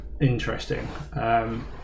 interesting